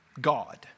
God